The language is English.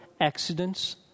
accidents